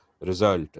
result